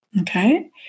Okay